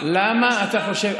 למה אתה חושב?